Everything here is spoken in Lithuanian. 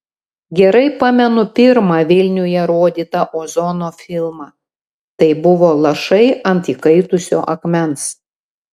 gerai pamenu pirmą vilniuje rodytą ozono filmą tai buvo lašai ant įkaitusio akmens